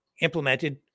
implemented